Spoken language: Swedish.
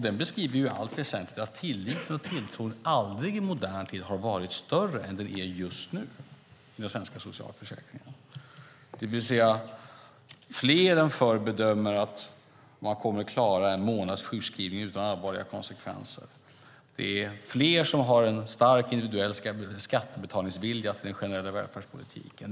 Den beskriver i allt väsentligt att tilliten och tilltron till den svenska socialförsäkringen aldrig i modern tid har varit större än den är just nu. Fler än förr bedömer att de kommer att klara en månads sjukskrivning utan allvarliga konsekvenser. Det är fler som har en stark individuell skattebetalningsvilja till den generella välfärdspolitiken.